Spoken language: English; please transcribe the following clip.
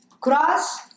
Cross